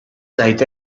zait